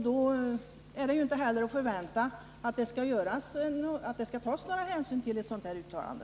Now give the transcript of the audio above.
Då är det inte heller att förvänta att några hänsyn skall tas till ett sådant uttalande.